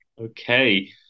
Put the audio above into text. Okay